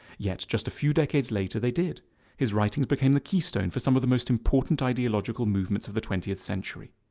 yet just a few decades later they did his writings became the keystone for some of the most important ideological movements of the twentieth century.